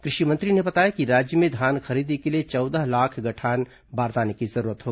कृषि मंत्री ने बताया कि राज्य में धान खरीदी के लिए चौदह लाख गठान बारदाने की जरूरत है